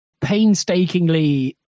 painstakingly